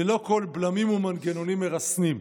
ללא כל בלמים ומנגנונים מרסנים.